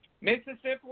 Mississippi